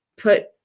Put